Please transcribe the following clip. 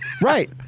Right